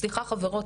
סליחה חברות,